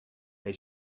they